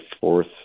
fourth